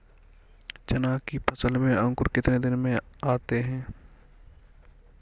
चना की फसल में अंकुरण कितने दिन में आते हैं?